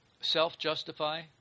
self-justify